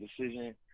decision